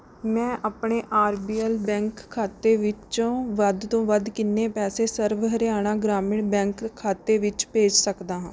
ਮੈਂ ਆਪਣੇ R B L bank ਖਾਤੇ ਵਿੱਚੋਂ ਵੱਧ ਤੋਂ ਵੱਧ ਕਿੰਨੇ ਪੈਸੇ ਸਰਵ ਹਰਿਆਣਾ ਗ੍ਰਾਮੀਣ ਬੈਂਕ ਖਾਤੇ ਵਿੱਚ ਭੇਜ ਸਕਦਾ ਹਾਂ